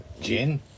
Gin